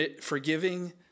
Forgiving